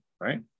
right